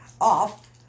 off